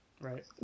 Right